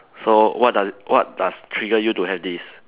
so what does what does trigger you to have this